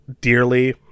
dearly